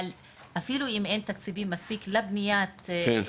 אבל אפילו אם אין מספיק תקציבים לבנייה של האולמות,